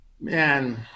Man